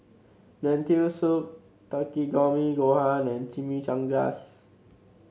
Lentil Soup Takikomi Gohan and Chimichangas